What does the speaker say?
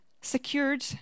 secured